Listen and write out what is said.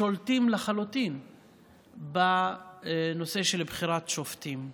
שולטים לחלוטין בנושא של בחירת שופטים.